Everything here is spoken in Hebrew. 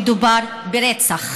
מדובר ברצח.